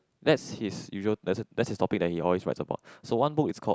that's his usual that's that's topic that he always write about so one book is called